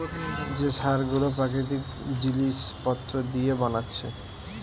যে সার গুলো প্রাকৃতিক জিলিস পত্র দিয়ে বানাচ্ছে